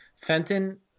Fenton